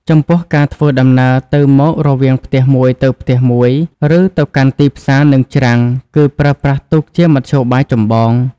ចំពោះ ការធ្វើដំណើរទៅមករវាងផ្ទះមួយទៅផ្ទះមួយ ឬទៅកាន់ទីផ្សារនិងច្រាំងគឺប្រើប្រាស់ទូកជាមធ្យោបាយចម្បង។